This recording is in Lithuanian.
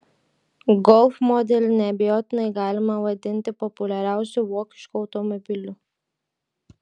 golf modelį neabejotinai galima vadinti populiariausiu vokišku automobiliu